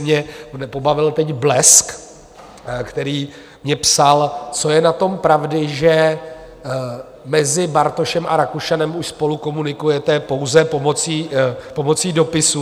Mě pobavil teď Blesk, který mi psal, co je na tom pravdy, že mezi Bartošem a Rakušanem už spolu komunikujete pouze pomocí dopisů.